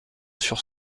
sur